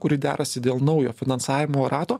kuri derasi dėl naujo finansavimo rato